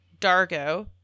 Dargo